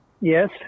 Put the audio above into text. Yes